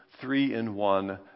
three-in-one